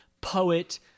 poet